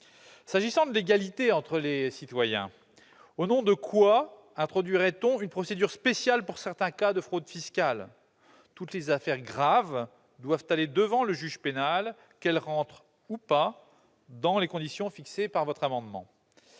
S'agissant de l'égalité entre les citoyens, au nom de quoi introduirait-on une procédure spéciale pour certains cas de fraude fiscale ? Toutes les affaires graves doivent aller devant le juge pénal, qu'elles relèvent ou non des conditions fixées par cet amendement.